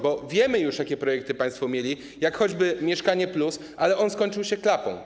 Bo wiemy już, jakie projekty państwo mieli, jak choćby program ˝Mieszkanie+˝, ale on skończył się klapą.